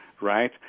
right